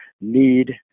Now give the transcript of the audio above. need